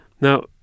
Now